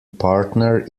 partner